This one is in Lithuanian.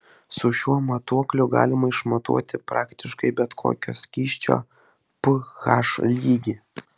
su šiuo matuokliu galima išmatuoti praktiškai bet kokio skysčio ph lygį